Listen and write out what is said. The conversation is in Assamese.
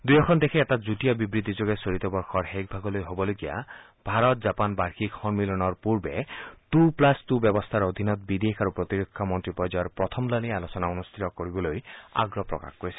দুয়োখন দেশে এটা যুটীয়া বিবৃতিযোগে চলিত বৰ্ষৰ শেষ ভাগলৈ হবলগীয়া ভাৰত জাপান বাৰ্ষিক সন্মিলনৰ পূৰ্বে টু প্লাছ টু পৰিকাঠামোৰ অধীনত বিদেশ আৰু প্ৰতিৰক্ষা মন্ত্ৰী পৰ্যায়ৰ প্ৰথমলানি আলোচনা অনুষ্ঠিত কৰিবলৈ আগ্ৰহ প্ৰকাশ কৰিছে